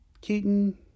Keaton